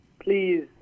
please